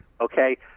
okay